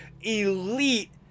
elite